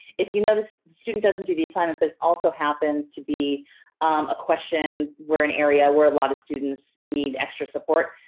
if you notice student doesn't do the assignment but it also happens to be a question where an area where a lot of students need extra support,